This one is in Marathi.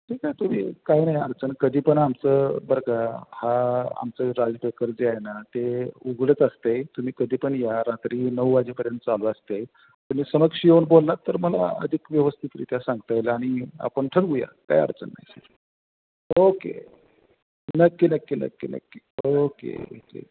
ठीक आहे तुम्ही काय नाही अडचण कधी पण आमचं बरं का हा आमचं राज बेकर जे आहे ना ते उघडंच असतंय तुम्ही कधी पण या रात्री नऊ वाजेपर्यंत चालू असतंय तुम्ही समक्ष येऊन बोलला तर मला अधिक व्यवस्थितरित्या सांगता येईल आणि आपण ठरवूया काय अडचण नाही ओके नक्की नक्की नक्की नक्की ओके ठीक